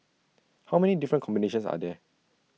how many different combinations are there